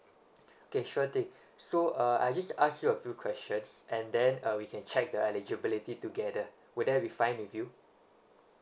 okay sure thing so uh I just ask you a few questions and then uh we can check the eligibility together would that be fine with you